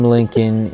Lincoln